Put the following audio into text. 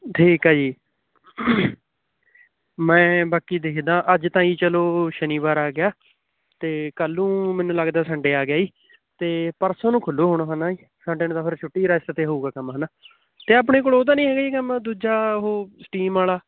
ਠੀਕ ਹੈ ਜੀ ਮੈਂ ਬਾਕੀ ਦੇਖਦਾ ਅੱਜ ਤਾਂ ਜੀ ਚਲੋ ਸ਼ਨੀਵਾਰ ਆ ਗਿਆ ਅਤੇ ਕੱਲ੍ਹ ਨੂੰ ਮੈਨੂੰ ਲੱਗਦਾ ਸੰਡੇ ਆ ਗਿਆ ਜੀ ਅਤੇ ਪਰਸੋਂ ਨੂੰ ਖੁੱਲੂ ਹੁਣ ਹੈ ਨਾ ਜੀ ਸੰਡੇ ਨੂੰ ਤਾਂ ਫਿਰ ਛੁੱਟੀ ਰੈਸਟ 'ਤੇ ਹੋਊਗਾ ਕੰਮ ਹੈ ਨਾ ਅਤੇ ਆਪਣੇ ਕੋਲ ਉਹ ਤਾਂ ਨਹੀਂ ਹੈਗਾ ਜੀ ਕੰਮ ਦੂਜਾ ਉਹ ਸਟੀਮ ਵਾਲਾ